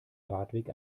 radweg